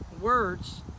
Words